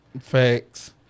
Facts